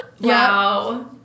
Wow